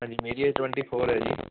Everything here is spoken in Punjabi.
ਹਾਂਜੀ ਮੇਰੀ ਏਜ ਟਵੈਂਟੀ ਫੋਰ ਆ ਜੀ